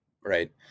Right